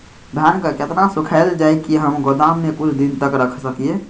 धान के केतना सुखायल जाय की हम गोदाम में कुछ दिन तक रख सकिए?